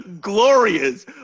glorious